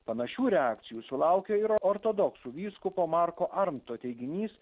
panašių reakcijų sulaukė ir ortodoksų vyskupo marko arnto teiginys